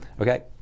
okay